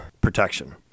protection